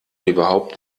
überhaupt